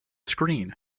screen